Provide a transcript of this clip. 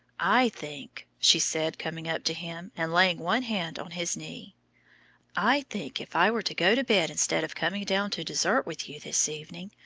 i think, she said, coming up to him and laying one hand on his knee i think if i were to go to bed instead of coming down to dessert with you this evening,